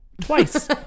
twice